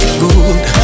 good